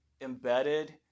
embedded